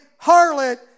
harlot